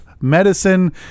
medicine